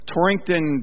Torrington